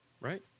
right